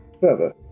further